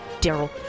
Daryl